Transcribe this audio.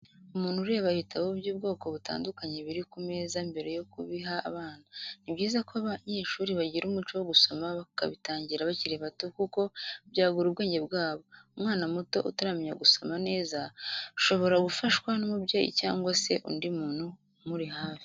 Umuntu ureba ibitabo by'ubwoko butandukanye biri ku meza mbere yo kubiha abana, ni byiza ko abanyeshuri bagira umuco wo gusoma bakabitangira bakiri bato kuko byagura ubwenge bwabo, umwana muto utaramenya gusoma neza shobora gufashwa n'umubyeyi cyangwa se undi muntu umuri hafi.